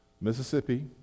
Mississippi